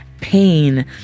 pain